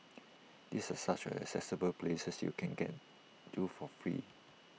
these are such accessible places you can get to for free